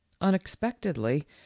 Unexpectedly